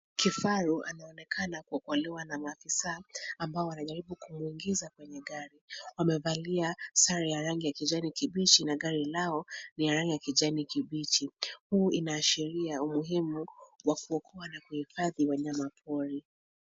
Kifaru anaonekana kuokolewa na maafisa ambao wanajaribu kumuingiza kwenye gari. Wamevalia sare ya rangi ya kijani kibichi na gari lao ni la rangi ya kijani kibichi. Huu inaashiria umuhimu wa kuhifadhi wanyama pori.